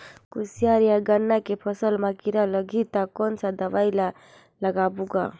कोशियार या गन्ना के फसल मा कीरा लगही ता कौन सा दवाई ला लगाबो गा?